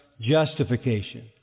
justification